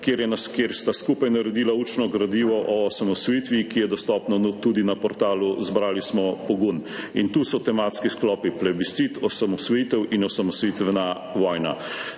ki sta skupaj naredila učno gradivo o osamosvojitvi, ki je dostopno tudi na portalu Zbrali smo pogum. Tu so tematski sklopi plebiscit, osamosvojitev in osamosvojitvena vojna.